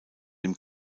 dem